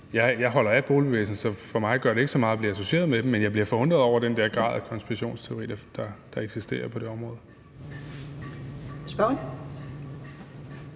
jeg holder af boligbevægelsen, så for mig gør det ikke så meget, at jeg bliver associeret med den, men jeg bliver forundret over den der konspirationsteori, der eksisterer på det område. Kl.